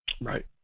Right